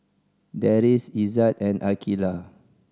Deris Izzat and Aqeelah